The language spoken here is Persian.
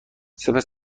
سپس